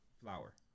flour